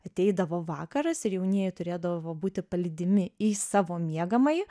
ateidavo vakaras ir jaunieji turėdavo būti palydimi į savo miegamąjį